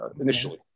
initially